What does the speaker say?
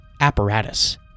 apparatus